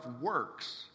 works